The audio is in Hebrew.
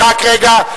רק רגע,